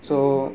mm